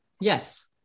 Yes